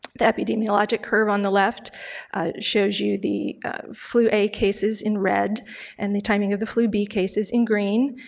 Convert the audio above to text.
the epidemiologic curve on the left shows you the flu a cases in red and the timing of the flu b cases in green,